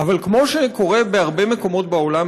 אבל כמו שקורה בהרבה מאוד מקומות בעולם,